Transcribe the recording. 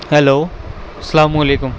hello السلام علیکم